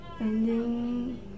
ending